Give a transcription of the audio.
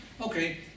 okay